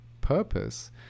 purpose